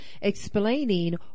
explaining